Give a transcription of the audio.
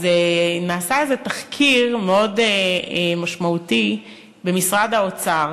נעשה איזה תחקיר מאוד משמעותי במשרד האוצר